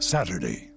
Saturday